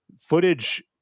footage